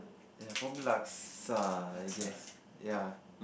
ya probably laksa I guess ya